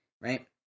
right